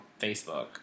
Facebook